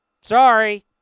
Sorry